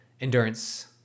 endurance